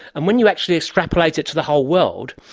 and when you actually extrapolate it to the whole world,